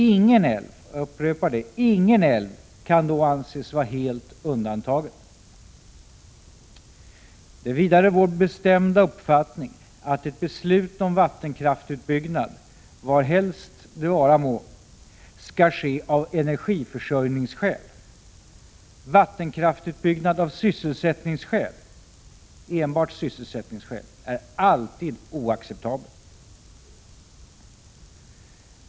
Ingen älv — jag upprepar det — kan då anses vara helt undantagen. Vidare är det vår bestämda uppfattning att ett beslut om vattenkraftsutbyggnad, var helst det vara må, skall ske av energiförsörjningsskäl. Vattenkraftsutbyggnad som sker enbart av sysselsättningsskäl är alltid oacceptabel.